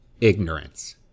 ignorance